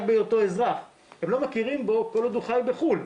בהיותו אזרח והם לא מכירים בו כל עוד הוא חי בחו"ל,